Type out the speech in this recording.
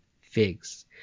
figs